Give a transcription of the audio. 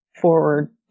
forward